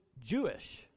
Jewish